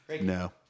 No